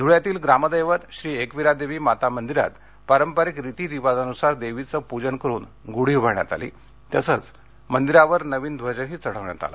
धुळ्यातील ग्रामदैवत श्री एकवीरा देवी माता मंदिरात पारंपारिक रितीरिवाजानुसार देवीचे पूजन करून गुढी उभारण्यात आली तसेच मंदिरावर नवीन ध्वजही चढवण्यात आला